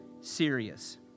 serious